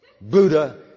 Buddha